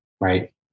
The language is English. Right